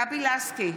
גבי לסקי,